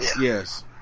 Yes